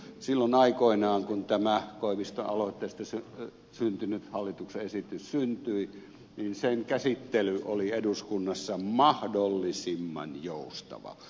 silloin aikoinaan kun tämä koiviston aloitteesta tapahtunut hallituksen esitys syntyi niin sen käsittely oli eduskunnassa mahdollisimman joustava